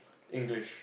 English